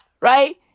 Right